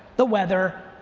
the weather,